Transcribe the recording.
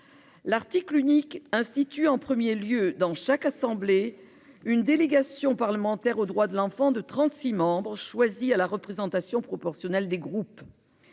L'article unique institut en 1er lieu dans chaque assemblée. Une délégation parlementaire aux droits de l'enfant de 36 membres choisis à la représentation proportionnelle des groupes.